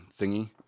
thingy